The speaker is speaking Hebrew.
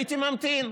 הייתי ממתין.